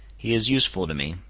he is useful to me.